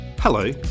Hello